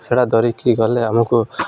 ସେଟା ଧରିକି ଗଲେ ଆମକୁ